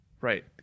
Right